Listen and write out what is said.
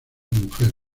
mujer